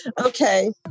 okay